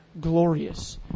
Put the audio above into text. glorious